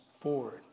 forward